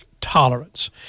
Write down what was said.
tolerance